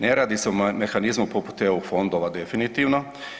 Ne radi se o mehanizmu poput EU fondova definitivno.